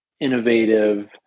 innovative